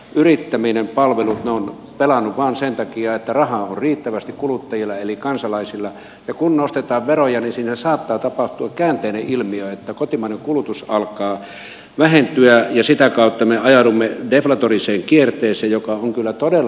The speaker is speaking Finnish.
yrittäminen palvelut ovat pelanneet vain sen takia että rahaa on riittävästi kuluttajilla eli kansalaisilla ja kun nostetaan veroja niin siinä saattaa tapahtua käänteinen ilmiö että kotimainen kulutus alkaa vähentyä ja sitä kautta me ajaudumme deflatoriseen kierteeseen joka on kyllä todella myrkkyä